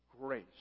grace